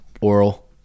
oral